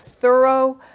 thorough